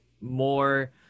more